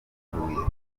huye